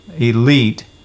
elite